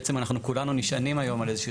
בעצם אנחנו כולנו נשענים היום על איזה שהיא